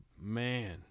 man